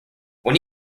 when